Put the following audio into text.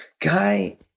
Guy